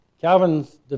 Calvin's